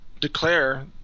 Declare